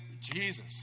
Jesus